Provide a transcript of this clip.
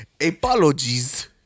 Apologies